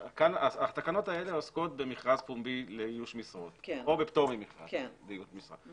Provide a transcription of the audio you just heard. התקנות האלה עוסקות במכרז פומבי לאיוש משרות או בפטור ממכרז לאיוש משרה,